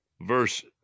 Verse